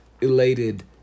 elated